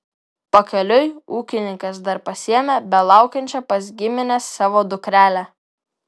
pakeliui ūkininkas dar pasiėmė belaukiančią pas gimines savo dukrelę